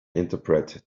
interpret